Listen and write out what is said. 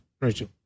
Rachel